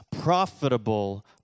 profitable